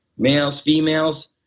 males, females.